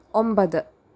ഒമ്പത്